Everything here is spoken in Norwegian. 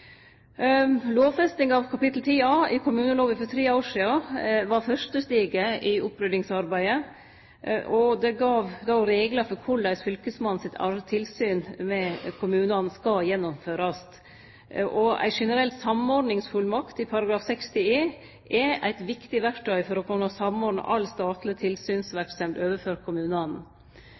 Lovfestinga av kapittel 10 A i kommunelova for tre år sidan var det fyrste steget i oppryddingsarbeidet. Det gav reglar for korleis fylkesmannen sitt tilsyn med kommunane skal gjennomførast. Og ei generell samordningsfullmakt i § 60e er eit viktig verktøy for å kunne samordne all statleg tilsynsverksemd overfor kommunane.